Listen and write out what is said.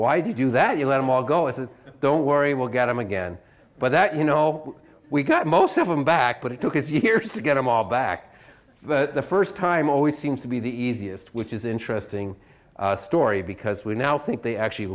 why do you do that you let them all go if they don't worry we'll get them again but that you know we got most of them back but it took us years to get them all back but the first time always seems to be the easiest which is interesting story because we now think they actually